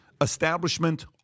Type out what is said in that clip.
establishment